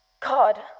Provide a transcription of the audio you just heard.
God